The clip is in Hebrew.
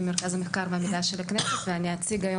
אני ממרכז המחקר והמידע של הכנסת ואציג היום